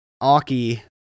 Aki